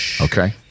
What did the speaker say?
okay